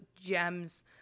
gems